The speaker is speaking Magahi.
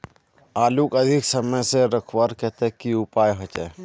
आलूक अधिक समय से रखवार केते की उपाय होचे?